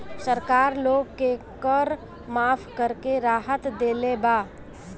सरकार लोग के कर माफ़ करके राहत देले बा